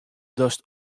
datst